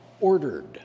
ordered